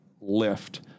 lift